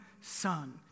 son